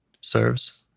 serves